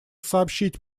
сообщить